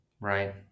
Right